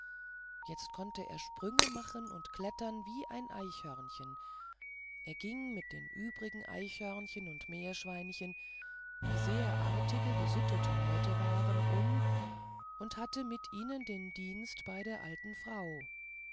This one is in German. jetzt konnte er sprünge machen und klettern wie ein eichhörnchen er ging mit den übrigen eichhörnchen und meerschweinen die sehr artige gesittete leute waren um und hatte mit ihnen den dienst bei der alten frau